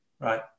Right